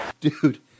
Dude